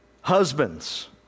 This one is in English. Husbands